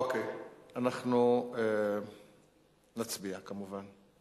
אוקיי, אנחנו נצביע, כמובן,